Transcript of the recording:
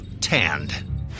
tanned